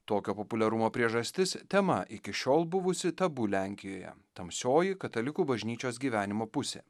tokio populiarumo priežastis tema iki šiol buvusi tabu lenkijoje tamsioji katalikų bažnyčios gyvenimo pusė